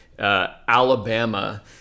Alabama